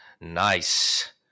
nice